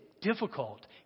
difficult